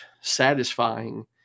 satisfying